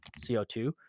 CO2